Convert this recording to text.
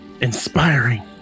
inspiring